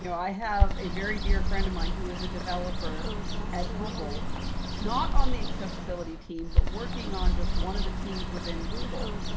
you know i have a very dear friend of mine who is a developer at google not on the accessibility team, but working on just one of the teams within google.